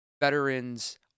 veterans